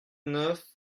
neuf